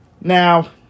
Now